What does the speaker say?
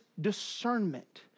discernment